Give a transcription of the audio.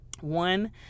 One